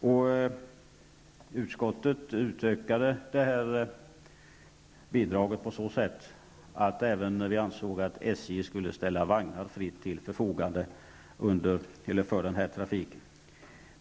I utskottet ville man utöka bidraget på så sätt att SJ fritt skulle ställa vagnar till förfogande för den här trafiken.